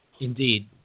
Indeed